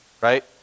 right